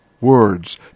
words